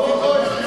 ממש לא.